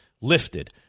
lifted